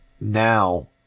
now